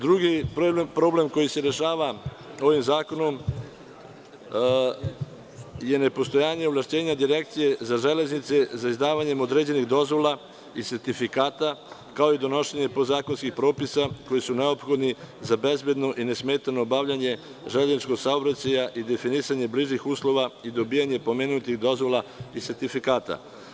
Drugi problem koji se rešava ovim zakonom je nepostojanje ovlašćenja Direkcija za železnice, za izdavanje određenih dozvola i sertifikata, kao i donošenja podzakonskih propisa koji su neophodni za nesmetano i bezbedno obavljanje železničkog saobraćaja i definisanje bližih uslova i dobijanje pomenutih dozvola i sertifikata.